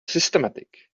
systematic